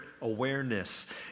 awareness